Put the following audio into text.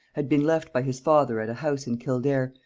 had been left by his father at a house in kildare,